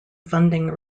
funding